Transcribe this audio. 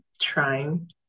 trying